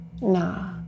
Nah